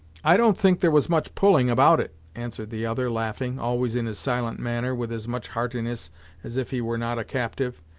i don't think there was much pulling about it, answered the other, laughing, always in his silent manner, with as much heartiness as if he were not a captive,